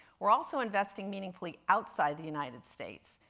we're also investing meaningfully outside the united states,